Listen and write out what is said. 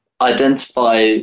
identify